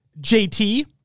JT